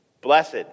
Blessed